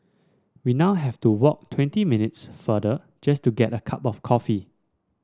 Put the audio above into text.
we now have to walk twenty minutes farther just to get a cup of coffee